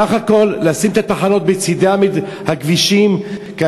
בסך הכול לשים את התחנות בצדי הכבישים מצד ימין,